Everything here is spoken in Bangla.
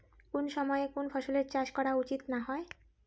কুন সময়ে কুন ফসলের চাষ করা উচিৎ না হয়?